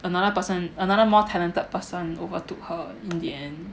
another person another more talented person overtook her in the end